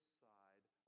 side